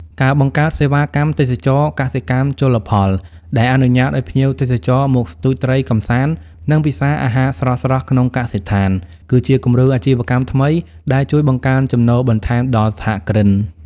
ការបង្កើតសេវាកម្ម "ទេសចរណ៍កសិកម្មជលផល" ដែលអនុញ្ញាតឱ្យភ្ញៀវទេសចរមកស្ទូចត្រីកម្សាន្ត និងពិសាអាហារស្រស់ៗក្នុងកសិដ្ឋាន គឺជាគំរូអាជីវកម្មថ្មីដែលជួយបង្កើនចំណូលបន្ថែមដល់សហគ្រិន។